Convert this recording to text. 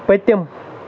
پٔتِم